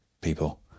people